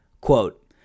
Quote